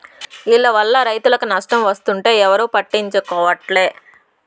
ఈల్ల వల్ల రైతులకు నష్టం వస్తుంటే ఎవరూ పట్టించుకోవట్లే